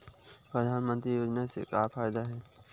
परधानमंतरी योजना से का फ़ायदा हे?